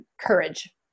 courage